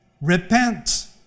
repent